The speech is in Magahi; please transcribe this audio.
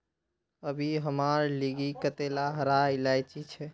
अभी हमार लिगी कतेला हरा इलायची छे